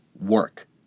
work